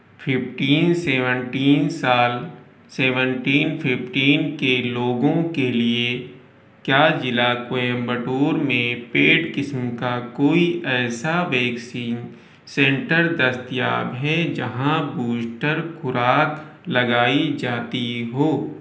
fifteen seventeen سال seventeen fifteen کے لوگوں کے لیے کیا ضلع کوئمبٹور میں پیڈ قسم کا کوئی ایسا ویکسین سینٹر دستیاب ہے جہاں بوسٹر خوراک لگائی جاتی ہو